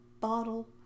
bottle